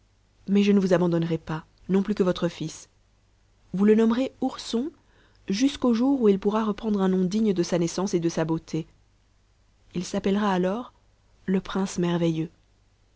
mais je ne vous abandonnerai pas non plus que votre fils vous le nommerez ourson jusqu'au jour où il pourra reprendre un nom digne de sa naissance et de sa beauté il s'appellera alors le prince merveilleux